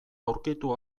aurkitu